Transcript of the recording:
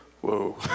whoa